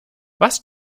was